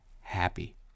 happy